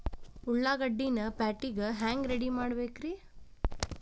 ಉಳ್ಳಾಗಡ್ಡಿನ ಪ್ಯಾಟಿಗೆ ಹ್ಯಾಂಗ ರೆಡಿಮಾಡಬೇಕ್ರೇ?